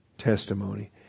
testimony